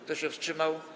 Kto się wstrzymał?